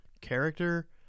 character